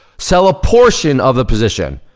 sell a portion of the position.